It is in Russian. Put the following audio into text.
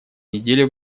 неделе